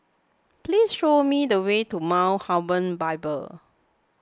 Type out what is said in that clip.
please show me the way to Mount Hermon Bible